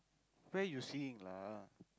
where you seeing lah